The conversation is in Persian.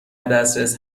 دسترس